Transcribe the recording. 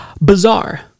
bizarre